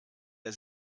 der